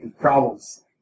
Problems